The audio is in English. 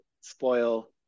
spoil